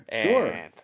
Sure